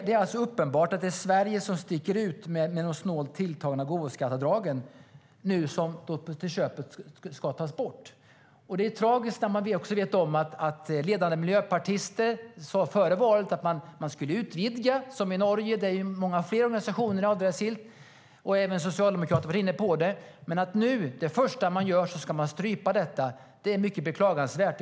Det är alldeles uppenbart att det är Sverige som sticker ut med de snålt tilltagna gåvoskatteavdragen som nu till på köpet ska tas bort. Det första man nu gör är att strypa detta. Det är mycket beklagansvärt.